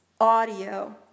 audio